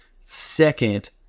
Second